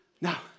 Now